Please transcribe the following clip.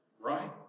Right